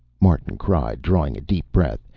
martin cried, drawing a deep breath.